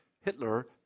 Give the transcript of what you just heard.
Hitler